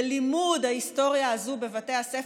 בלימוד ההיסטוריה הזאת בבתי הספר,